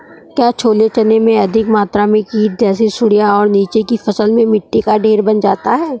क्या छोले चने में अधिक मात्रा में कीट जैसी सुड़ियां और नीचे की फसल में मिट्टी का ढेर बन जाता है?